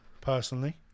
personally